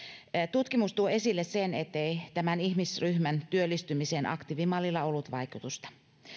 tutkimus tuo esille sen ettei tämän ihmisryhmän työllistymiseen aktiivimallilla ollut vaikutusta